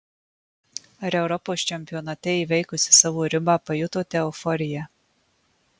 ar europos čempionate įveikusi savo ribą pajutote euforiją